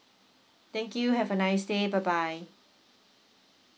thank you have a nice day bye bye